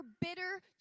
bitter